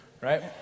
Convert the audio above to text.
right